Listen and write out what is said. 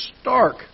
stark